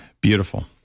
Beautiful